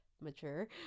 mature